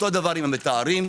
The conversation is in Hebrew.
עם המטהרים.